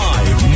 Live